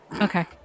Okay